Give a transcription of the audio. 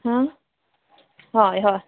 हय हय